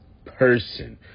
person